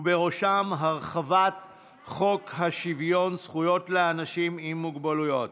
ובראשם הרחבת חוק שוויון זכויות לאנשים עם מוגבלות.